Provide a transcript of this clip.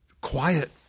quiet